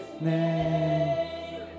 name